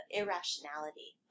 irrationality